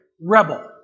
rebel